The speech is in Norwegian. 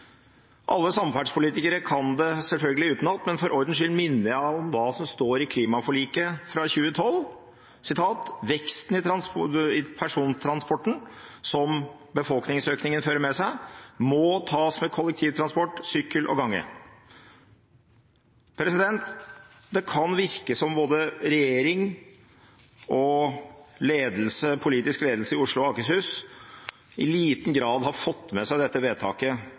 Alle samferdselspolitikere kan det selvfølgelig utenat, men for ordens skyld minner jeg om hva som står i klimaforliket fra 2012: «veksten i persontransporten som denne befolkningsøkningen fører med seg må tas med kollektivtransport, sykkel og gange». Det kan virke som både regjering og politisk ledelse i Oslo og Akershus i liten grad har fått med seg dette vedtaket